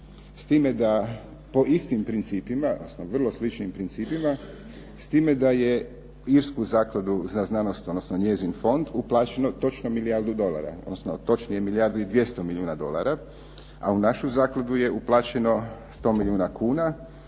po istim principima, odnosno vrlo sličnim principima, s time da je irsku zakladu za znanost, odnosno njezin fond uplaćeno točno milijardu dolara, odnosno točnije milijardu i 200 milijuna dolara, a u našu zakladu je uplaćeno 100 milijuna kuna,